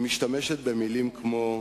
שהשתמשה במלים כמו: